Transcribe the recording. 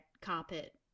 carpet